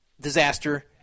disaster